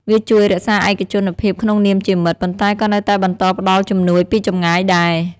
វាជួយរក្សាឯកជនភាពក្នុងនាមជាមិត្ត ប៉ុន្តែក៏នៅតែបន្តផ្តល់ជំនួយពីចម្ងាយដែរ។